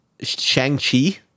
Shang-Chi